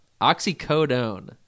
OxyCodone